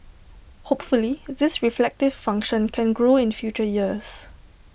hopefully this reflective function can grow in future years